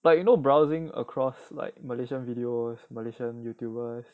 like you know browsing across like malaysian videos malaysian youtubers